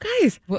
Guys